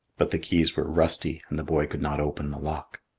but the keys were rusty and the boy could not open the lock.